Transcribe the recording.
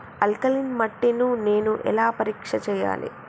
Alkaline మట్టి ని నేను ఎలా పరీక్ష చేయాలి?